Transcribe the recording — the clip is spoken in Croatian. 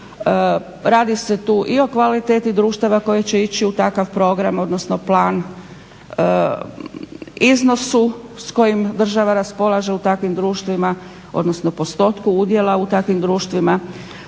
Radi se tu i o kvaliteti društava koje će ići u takav program odnosno plan, iznosu s kojim država raspolaže u takvim društvima odnosno postotku udjela u takvim društvima,